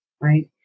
Right